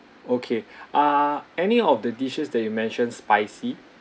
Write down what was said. okay ah any of the dishes that you mentioned spicy